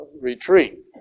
retreat